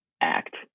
act